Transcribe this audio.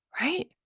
right